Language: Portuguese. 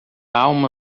alma